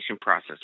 process